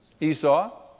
Esau